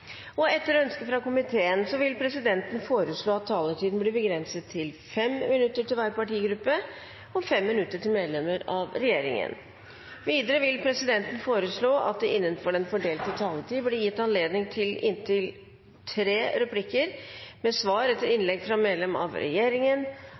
8. Etter ønske fra justiskomiteen vil presidenten foreslå at taletiden blir begrenset til 5 minutter til hver partigruppe og 5 minutter til medlemmer av regjeringen. Videre vil presidenten foreslå at det blir gitt anledning til replikkordskifte på inntil tre replikker med svar etter innlegg fra medlem av regjeringen